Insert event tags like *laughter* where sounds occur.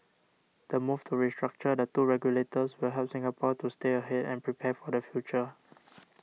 the move to restructure the two regulators will help Singapore to stay ahead and prepare for the future *noise*